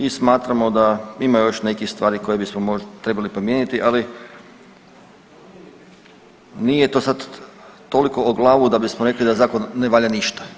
I smatramo da ima još nekih stvari koje bismo trebali promijeniti, ali nije to sad toliko o glavu da bismo rekli da zakon ne valja ništa.